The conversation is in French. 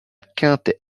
quinte